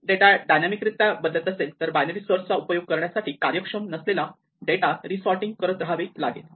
data डायनॅमिकरित्या बदलत असेल तर बायनरी सर्चचा उपयोग करण्यासाठी कार्यक्षम नसलेल्या डेटा रीसॉर्टिंग करत रहावे लागेल